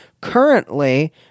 Currently